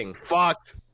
fucked